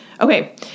Okay